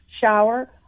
shower